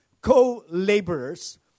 co-laborers